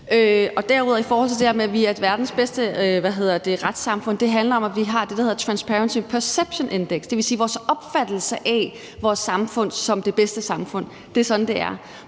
nu. I forhold til det her med, at vi er verdens bedste retssamfund, handler det om, at vi har det, der hedder Transparency Perception Index, dvs. vores opfattelse af vores samfund som det bedste samfund. Det er sådan, det er.